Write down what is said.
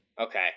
Okay